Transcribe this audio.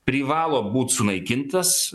privalo būt sunaikintas